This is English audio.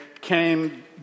came